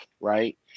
right